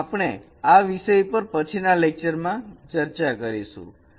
અને આપણે આ વિષય પર પછીના લેક્ચરમાં ચર્ચા કરીશું